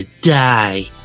die